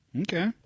Okay